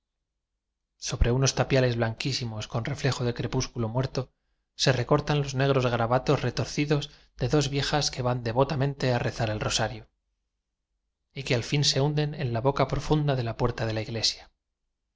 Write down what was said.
sobre unos tapiales blanquísimos con reflejo de crepúsculo muerto se recortan los negros garabatos retorcidos de dos vie jas que van devotamente a rezar el rosa rio y que al fin se hunden en la boca pro funda de la puerta de la iglesia